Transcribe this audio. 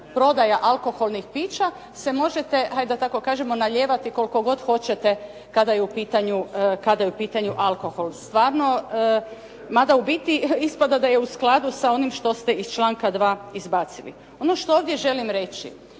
prodaja alkoholnih pića se možete, hajde da tako kažemo, nalijevati koliko god hoćete kada je u pitanju alkohol stvarno. Ma da ubiti ispada da je u skladu s onim što ste iz članka 2. izbacili. Ono što ovdje želim reći,